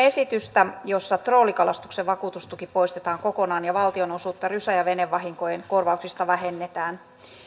esitystä jossa troolikalastuksen vakuutustuki poistetaan kokonaan ja valtionosuutta rysä ja venevahinkojen korvauksista vähennetään